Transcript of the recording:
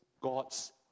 God's